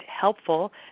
helpful